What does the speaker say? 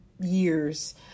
years